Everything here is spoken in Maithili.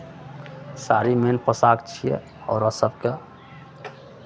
साड़ी मेन पोशाक छियै औरत सभके